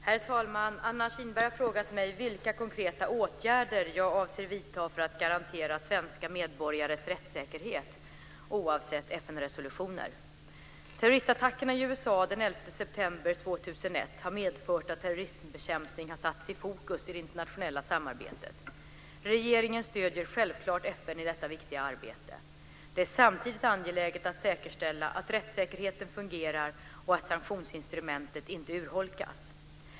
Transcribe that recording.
Herr talman! Anna Kinberg har frågat mig vilka konkreta åtgärder jag avser vidta för att garantera svenska medborgares rättssäkerhet oavsett FN har medfört att terrorism-bekämpning har satts i fokus i det internationella samarbetet. Regeringen stöder självklart FN i detta viktiga arbete. Det är samtidigt angeläget att säkerställa att rättssäkerheten fungerar och att sanktionsinstrumentet inte urholkas.